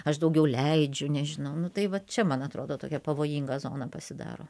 aš daugiau leidžiu nežinau nu tai va čia man atrodo tokia pavojinga zona pasidaro